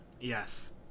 Yes